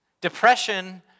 Depression